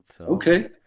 Okay